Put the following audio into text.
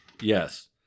Yes